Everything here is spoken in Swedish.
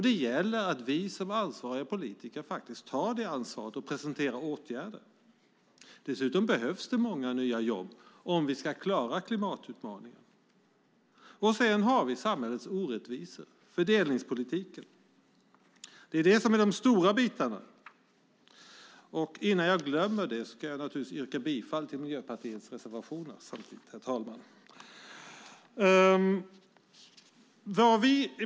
Det gäller att vi som ansvariga politiker tar vårt ansvar och presenterar åtgärder. Dessutom behövs det många nya jobb om vi ska klara klimatutmaningen. Vidare har vi samhällets orättvisor, fördelningspolitiken. Det här är de stora bitarna. Herr talman! Jag yrkar bifall till Miljöpartiets reservationer.